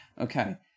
Okay